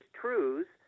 truths